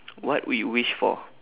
what would you wish for